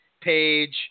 Page